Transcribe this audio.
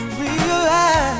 realize